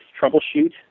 troubleshoot